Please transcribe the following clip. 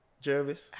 Jervis